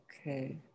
Okay